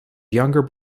younger